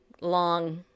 long